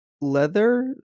leather